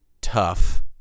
Tough